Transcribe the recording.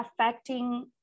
affecting